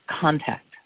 contact